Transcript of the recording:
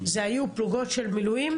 זה היו פלוגות של מילואים?